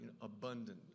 abundant